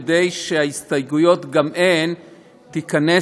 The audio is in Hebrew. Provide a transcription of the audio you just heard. כדי שההסתייגויות גם הן תיכנסנה,